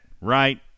Right